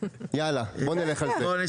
יאללה בוא נתקדם.